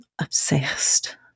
obsessed